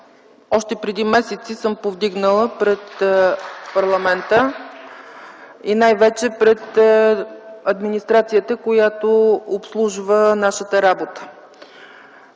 още преди месеци съм повдигнала пред парламента и най-вече пред администрацията, която обслужва нашата работа.